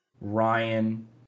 Ryan